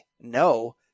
No